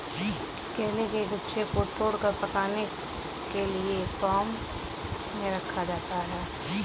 केले के गुच्छों को तोड़कर पकाने के लिए फार्म में रखा जाता है